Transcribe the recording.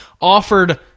offered